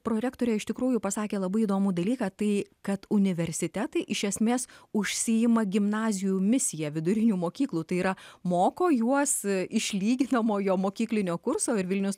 prorektorė iš tikrųjų pasakė labai įdomų dalyką tai kad universitetai iš esmės užsiima gimnazijų misija vidurinių mokyklų tai yra moko juos išlyginamojo mokyklinio kurso ir vilniaus